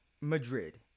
Madrid